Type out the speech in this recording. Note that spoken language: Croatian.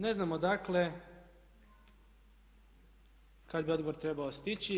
Ne znam odakle kad bi odgovor trebao stići.